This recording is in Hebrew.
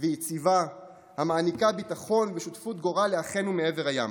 ויציבה המעניקה ביטחון ושותפות גורל לאחינו מעבר הים.